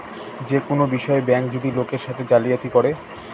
যে কোনো বিষয়ে ব্যাঙ্ক যদি লোকের সাথে জালিয়াতি করে